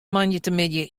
moandeitemiddei